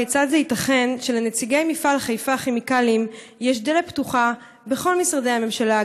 כיצד ייתכן שלנציגי מפעל חיפה כימיקלים יש דלת פתוחה בכל משרדי הממשלה,